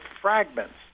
fragments